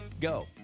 Go